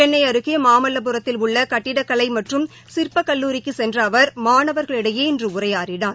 சென்னை அருகே மாமல்லபுரத்தில் உள்ள கட்டிடக் கலை மற்றும் சிற்பக் கல்லூரிக்கு இன்று சென்ற அவர் மாணவர்களிடையே உரையாற்றினார்